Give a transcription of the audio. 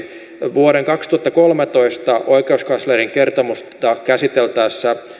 vuoden kaksituhattakolmetoista oikeuskanslerin kertomusta käsiteltäessä